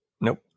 Nope